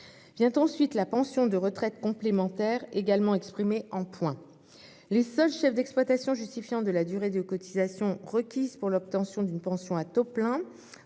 Vient ensuite la pension de retraite complémentaire, également exprimée en points. Les seuls chefs d'exploitation justifiant de la durée de cotisation requise pour l'obtention d'une pension à taux plein,